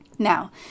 Now